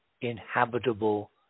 inhabitable